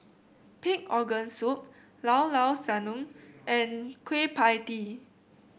Pig Organ Soup Llao Llao Sanum and Kueh Pie Tee